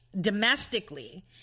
domestically